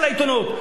על העיתונות,